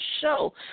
show